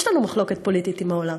יש לנו מחלוקת פוליטית עם העולם.